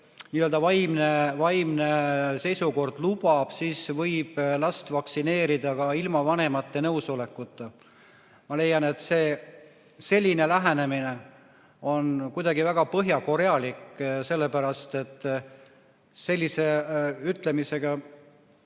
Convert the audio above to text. vaimne seisukord lubab, siis võib last vaktsineerida ka ilma vanemate nõusolekuta. Ma leian, et selline lähenemine on kuidagi väga põhjakorealik, sellepärast et sellise ütlemisega